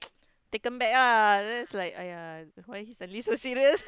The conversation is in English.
taken back ah then it's like !aiyah! why he suddenly so serious